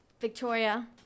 Victoria